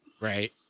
Right